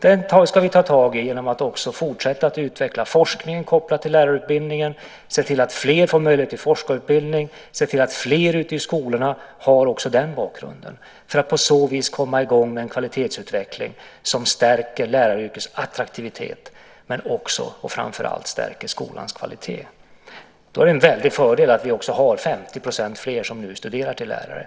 Det ska vi ta tag i genom att fortsätta att utveckla forskning kopplad till lärarutbildningen, se till att fler får möjlighet till forskarutbildning, se till att fler ute i skolorna också har den bakgrunden, för att på så vis komma i gång med en kvalitetsutveckling som stärker läraryrkets attraktivitet men också och framför allt stärker skolans kvalitet. Då är det en väldig fördel att 50 % fler nu studerar till lärare.